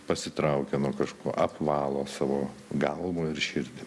pasitraukia nuo kažko apvalo savo galvą ir širdį